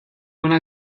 una